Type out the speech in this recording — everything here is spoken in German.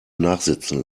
nachsitzen